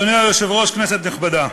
אדוני היושב-ראש, כנסת נכבדה,